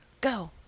Go